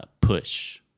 push